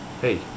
hey